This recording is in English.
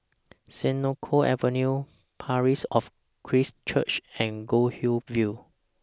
Senoko Avenue Parish of Christ Church and Goldhill View